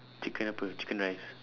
chicken apa chicken rice